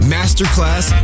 Masterclass